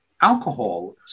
alcohol